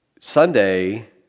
Sunday